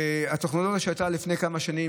והטכנולוגיה שיצאה לפני כמה שנים,